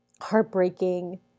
heartbreaking